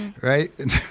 right